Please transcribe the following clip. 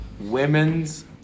Women's